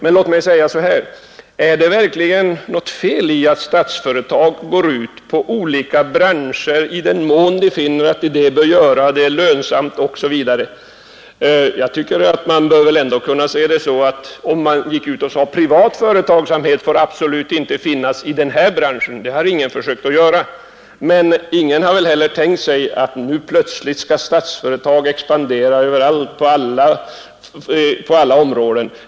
Men låt mig säga så här: Är det verkligen något fel i att Statsföretag går in i olika branscher i den mån ledningen finner att företaget bör göra det och verksamheten är lönsam? Att privat företagsamhet absolut inte skall få finnas i den eller den branschen har ingen försökt sig på att säga, men ingen har väl heller tänkt sig att Statsföretag plötsligt skall expandera på alla områden.